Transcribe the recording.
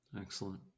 excellent